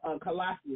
Colossians